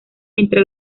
entre